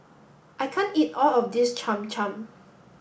I can't eat all of this Cham Cham